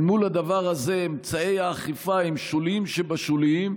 ואל מול הדבר הזה אמצעי האכיפה הם שוליים שבשוליים.